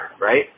right